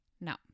No